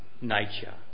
nature